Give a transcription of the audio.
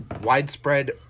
widespread